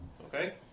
Okay